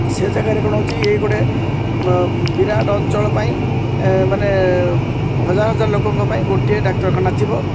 ସେ ଜାଗାରେ କ'ଣ ହେଉଛି ଏଇ ଗୋଟେ ବିରାଟ ଅଞ୍ଚଳ ପାଇଁ ମାନେ ହଜାର ହଜାର ଲୋକଙ୍କ ପାଇଁ ଗୋଟିଏ ଡାକ୍ତରଖାନା ଥିବ